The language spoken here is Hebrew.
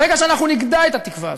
ברגע שאנחנו נגדע את התקווה הזאת,